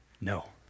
No